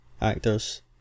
actors